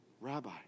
Rabbi